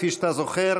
כפי שאתה זוכר,